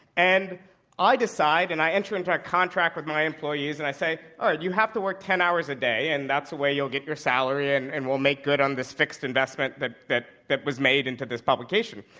and i decide and i enter into a contract with my employees and i say, all right, you have to work ten hours a day, and that's the way you'll get your salary, and and we'll make good on this fixed investment that that was made into this publication.